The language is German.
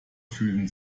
fühlen